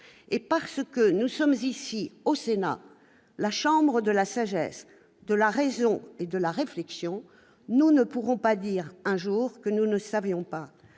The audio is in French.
Parce que nous sommes ici, au Sénat, la chambre de la sagesse, de la raison et de la réflexion, nous ne pourrons pas dire un jour que nous ne savions pas.